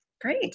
Great